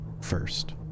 first